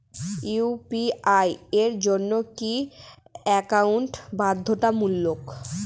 UPI এর জন্য কি একাউন্ট বাধ্যতামূলক?